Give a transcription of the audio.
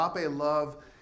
love